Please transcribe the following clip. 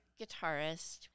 guitarist